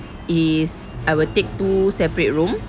is I will take two separate room